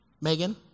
Megan